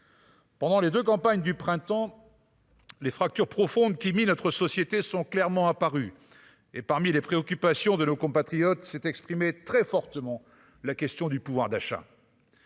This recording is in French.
Pendant les 2 campagnes du printemps, les fractures profondes qui minent notre société sont clairement apparus et parmi les préoccupations de nos compatriotes, s'est exprimé très fortement la question du pouvoir d'achat.